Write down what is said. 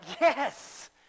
Yes